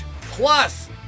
Plus